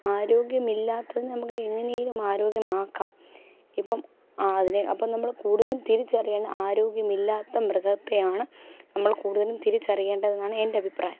ആരോഗ്യമില്ലാത്തതിന് നമുക്ക് എങ്ങനേലും ആരോഗ്യമാക്കാം ഇപ്പം അതിനെ അപ്പം നമ്മൾ കൂടുതൽ തിരിച്ചറിയണം ആരോഗ്യമില്ലാത്ത മൃഗത്തെയാണ് നമ്മൾ കൂടുതലും തിരിച്ചറിയേണ്ടത് എന്നാണ് എൻ്റെ അഭിപ്രായം